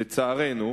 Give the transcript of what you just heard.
לצערנו,